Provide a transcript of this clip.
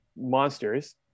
monsters